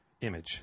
image